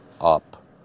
up